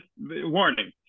warning